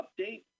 update